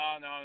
no